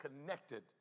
connected